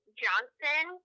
johnson